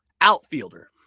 outfielder